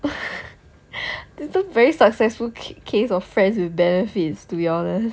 this one very successful case of friends with benefits to be honest